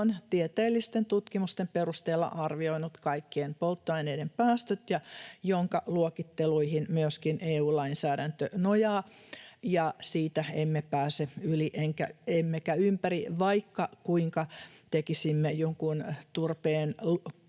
tieteellisten tutkimusten perusteella arvioinut kaikkien polttoaineiden päästöt ja jonka luokitteluihin myöskin EU-lainsäädäntö nojaa. Siitä emme pääse yli emmekä ympäri, vaikka kuinka tekisimme jonkin turpeen